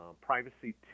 privacy